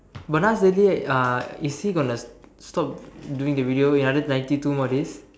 but Nas daily uh is he going to stop doing the video he had ninety two more days